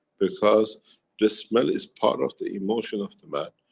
because the smell is part of the emotion of the man,